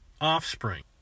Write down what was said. offspring